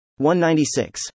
196